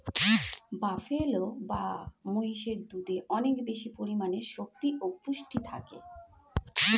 buffalo বা মহিষের দুধে অনেক বেশি পরিমাণে শক্তি ও পুষ্টি থাকে